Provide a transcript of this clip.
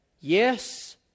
yes